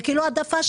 זה כאילו העדפה.